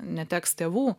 neteks tėvų